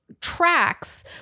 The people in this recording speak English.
tracks